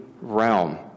realm